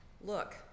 Look